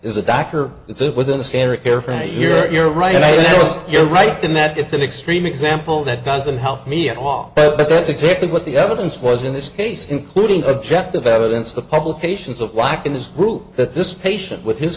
is a doctor it's a within the standard care for a year you're right you're right in that it's an extreme example that doesn't help me at all but that's exactly what the evidence was in this case including objective evidence the publications of lack in this group that this patient with his